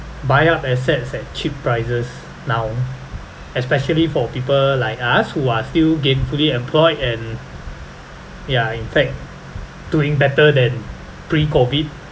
buy up assets at cheap prices now especially for people like us who are still gainfully employed and ya in fact doing better than pre-COVID